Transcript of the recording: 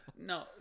No